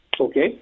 Okay